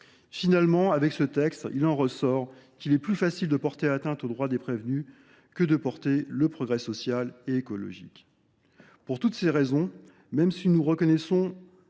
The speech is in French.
Finalement, il apparaît qu’il est plus facile de porter atteinte au droit des prévenus que de porter le progrès social et écologique. Pour toutes ces raisons, même si nous reconnaissons